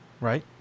Right